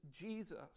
Jesus